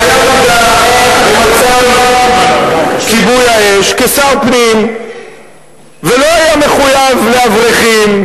בוא ניזכר אחורה בשרי פנים אחרים שלא היתה להם מחויבות לאברכים.